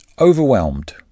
Overwhelmed